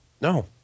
No